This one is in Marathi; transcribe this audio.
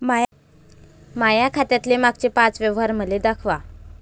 माया खात्यातले मागचे पाच व्यवहार मले दाखवा